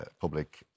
public